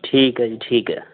ਠੀਕ ਆ ਜੀ ਠੀਕ ਆ